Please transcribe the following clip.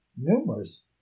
Numerous